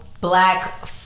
black